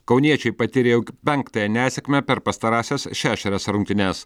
kauniečiai patyrė jau penktąją nesėkmę per pastarąsias šešerias rungtynes